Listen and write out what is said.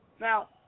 Now